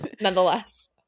nonetheless